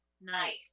night